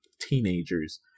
teenagers